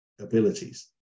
abilities